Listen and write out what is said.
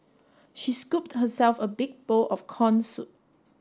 she scooped herself a big bowl of corn soup